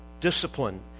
discipline